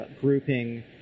grouping